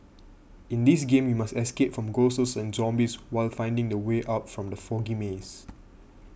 in this game you must escape from ghosts and zombies while finding the way out from the foggy maze